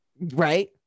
right